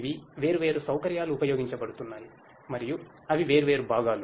ఇవి వేర్వేరు సౌకర్యాలు ఉపయోగించబడుతున్నాయి మరియు అవి వేర్వేరు భాగాలు